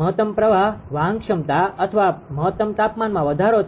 મહત્તમ પ્રવાહ વાહન ક્ષમતા અથવા મહત્તમ તાપમાનમાં વધારો છે